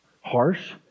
harsh